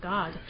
God